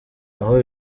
aho